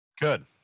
Good